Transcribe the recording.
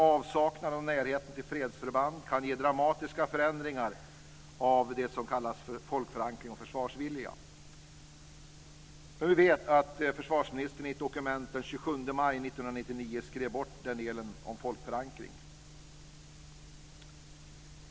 Avsaknad av närhet till fredsförband kan ge dramatiska förändringar av det som kallas för folkförankring och försvarsvilja. Men vi vet att försvarsministern i ett dokument den 27 maj 1999 skrev bort delen om folkförankring.